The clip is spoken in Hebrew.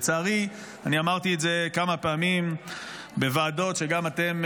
לצערי, כפי שאמרתי כמה פעמים בוועדות, וגם אתם,